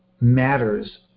matters